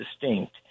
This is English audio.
distinct